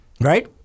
right